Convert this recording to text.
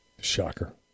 Shocker